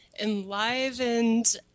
enlivened